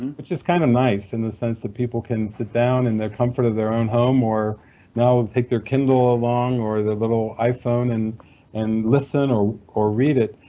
which is kind of nice in the sense that people can sit down in the comfort of their own home, or now take their kindle along or their little iphone and and listen or or read it,